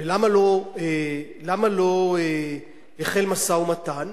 ולמה לא החל משא-ומתן,